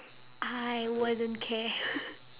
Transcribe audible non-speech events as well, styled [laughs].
I wouldn't care [laughs]